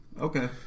Okay